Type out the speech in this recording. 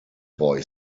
boy